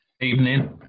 Evening